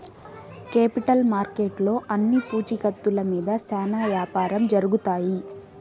capital మార్కెట్లో అన్ని పూచీకత్తుల మీద శ్యానా యాపారం జరుగుతాయి